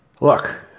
look